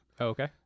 Okay